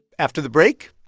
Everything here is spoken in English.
after the break,